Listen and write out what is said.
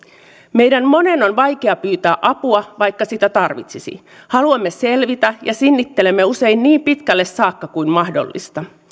meidän monen on vaikea pyytää apua vaikka sitä tarvitsisi haluamme selvitä ja sinnittelemme usein niin pitkälle saakka kuin mahdollista